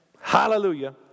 Hallelujah